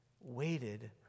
waited